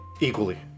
equally